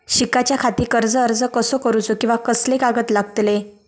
शिकाच्याखाती कर्ज अर्ज कसो करुचो कीवा कसले कागद लागतले?